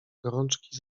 gorączki